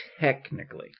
Technically